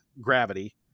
gravity